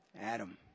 Adam